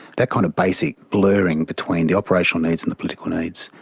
that kind of basic blurring between the operational needs and the political needs,